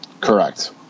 Correct